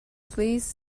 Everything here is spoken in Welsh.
plîs